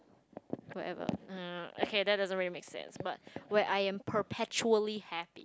whatever uh okay that doesn't really make sense but where I am perpetually happy